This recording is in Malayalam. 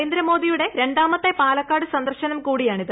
നരേന്ദ്രമോദിയുടെ രണ്ടാമത്തെ പാലക്കാട് സന്ദർശനം കൂടിയാണിത്